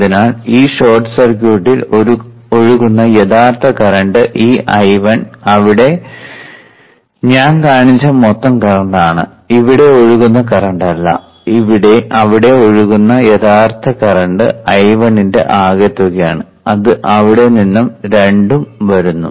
അതിനാൽ ഈ ഷോർട്ട് സർക്യൂട്ടിൽ ഒഴുകുന്ന യഥാർത്ഥ കറന്റ് ഈ I1 അവിടെ ഞാൻ കാണിച്ച മൊത്തം കറന്റ് ആണ് ഇവിടെ ഒഴുകുന്ന കറന്റ് അല്ല അവിടെ ഒഴുകുന്ന യഥാർത്ഥ കറന്റ് I1 ന്റെ ആകെത്തുകയാണ് അത് അവിടെ നിന്നും 2 ഉം വരുന്നു